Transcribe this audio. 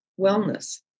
wellness